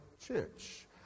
church